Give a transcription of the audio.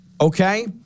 okay